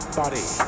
body